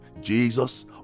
Jesus